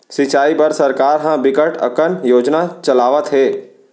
सिंचई बर सरकार ह बिकट अकन योजना चलावत हे